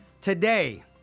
Today